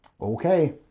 Okay